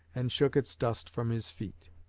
and shook its dust from his feet.